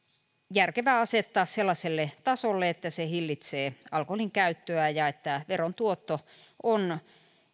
järkevää asettaa sellaiselle tasolle että se hillitsee alkoholin käyttöä ja että veron tuotto on